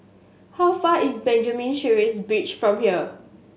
how far is Benjamin Sheares Bridge from here